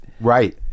Right